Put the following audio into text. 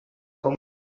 com